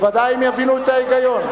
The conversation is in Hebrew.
הם בוודאי יבינו את ההיגיון.